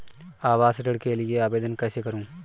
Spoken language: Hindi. आवास ऋण के लिए आवेदन कैसे करुँ?